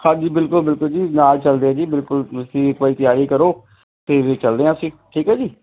ਹਾਂਜੀ ਬਿਲਕੁਲ ਬਿਲਕੁਲ ਜੀ ਨਾਲ ਚਲਦੇ ਆ ਜੀ ਬਿਲਕੁਲ ਤੁਸੀਂ ਇੱਕ ਵਾਰੀ ਤਿਆਰੀ ਕਰੋ ਅਤੇ ਚਲਦੇ ਹਾਂ ਅਸੀਂ ਠੀਕ ਹੈ ਜੀ